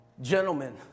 gentlemen